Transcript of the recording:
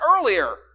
earlier